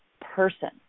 person